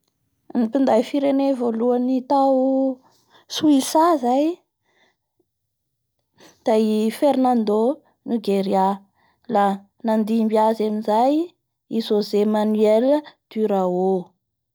Ny mpinday firene voalohany tao Soisa zay i Fernando Geria la nandimby azy amizay jose Manuelle Durao.